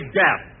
death